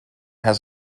has